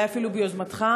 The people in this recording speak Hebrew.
אולי אפילו ביוזמתך,